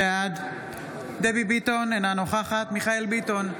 בעד דבי ביטון, אינה נוכחת מיכאל מרדכי ביטון,